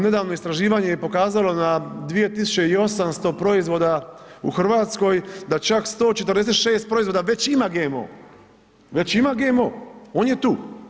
Nedavno istraživanje je pokazalo na 2800 proizvoda u Hrvatskoj da čak 146 proizvoda već ima GMO, već ima GMO, on je tu.